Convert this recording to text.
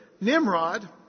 Nimrod